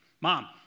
mom